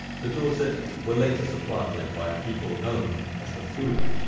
the dorset were later supplanted by a people known as the thuli,